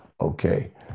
Okay